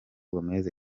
gomez